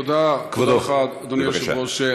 תודה, אדוני היושב-ראש.